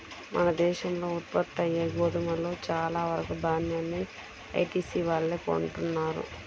మన దేశంలో ఉత్పత్తయ్యే గోధుమలో చాలా వరకు దాన్యాన్ని ఐటీసీ వాళ్ళే కొంటన్నారు